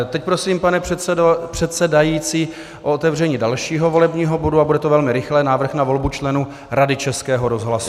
Teď prosím, pane předsedající, o otevření dalšího volebního bodu, a bude to velmi rychlé návrh na volbu členů Rady Českého rozhlasu.